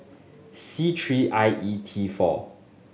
C three I E T four